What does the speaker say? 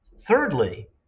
Thirdly